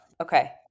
Okay